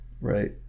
Right